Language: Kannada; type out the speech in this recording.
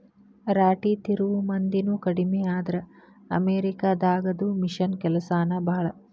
ರಾಟಿ ತಿರುವು ಮಂದಿನು ಕಡಮಿ ಆದ್ರ ಅಮೇರಿಕಾ ದಾಗದು ಮಿಷನ್ ಕೆಲಸಾನ ಭಾಳ